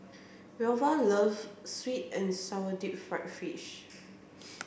Velva loves sweet and sour deep fried fish